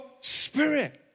spirit